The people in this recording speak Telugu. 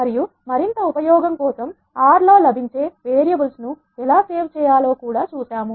మరియు మరింత ఉపయోగం కోసం R లో లభించే వేరియబుల్స్ ను ఎలా సేవ్ చేయాలో కూడా చూసాము